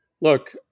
look